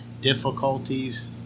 difficulties